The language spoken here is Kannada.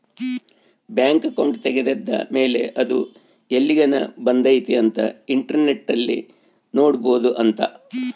ಬ್ಯಾಂಕ್ ಅಕೌಂಟ್ ತೆಗೆದ್ದ ಮೇಲೆ ಅದು ಎಲ್ಲಿಗನ ಬಂದೈತಿ ಅಂತ ಇಂಟರ್ನೆಟ್ ಅಲ್ಲಿ ನೋಡ್ಬೊದು ಅಂತ